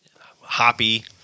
hoppy